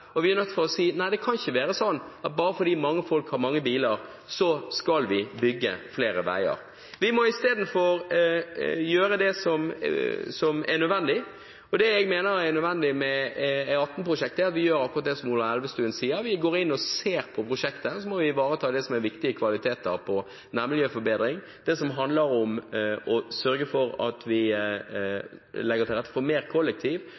der vi er nødt til å stoppe. Vi er nødt til å si: Nei, det kan ikke være sånn at bare fordi mange folk har mange biler, skal vi bygge flere veier. Vi må isteden gjøre det som er nødvendig. Det jeg mener er nødvendig med E18-prosjektet, er at vi gjør akkurat det som Ola Elvestuen sier: Vi går inn og ser på prosjektet. Så må vi ivareta det som er viktige kvaliteter for nærmiljøforbedring – det som handler om å sørge for at vi legger til rette for mer